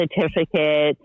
certificate